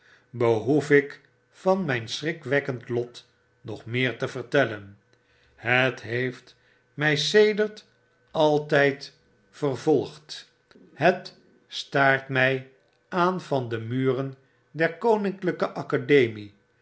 behoef ik van myn schrikwekkend lot nog meer te vertellen het h e e f t my sedert altyd vervolgd het staart my aan van de muren der koninklpe academie